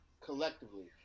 collectively